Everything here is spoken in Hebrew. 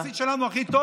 הבסיס הכי טוב